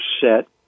set